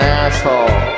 asshole